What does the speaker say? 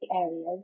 areas